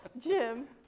Jim